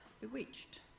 bewitched